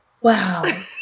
wow